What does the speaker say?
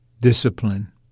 discipline